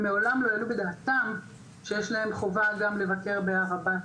ומעולם לא העלו בדעתם שיש להם חובה לבקר בהר הבית.